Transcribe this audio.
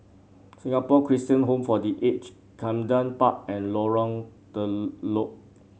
Singapore Christian Home for The Aged Camden Park and Lorong Telok